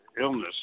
illness